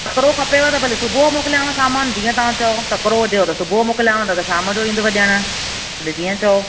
तकिड़ो खपेव त सुबुह मोकिलियांव सामान जीअं तव्हां चओ तकिड़ो हुजेव त सुबुह मोकिलियांव न त शाम जो ईंदव ॾियणु भले जीअं चओ